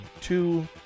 two